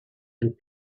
and